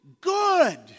good